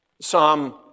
Psalm